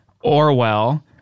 Orwell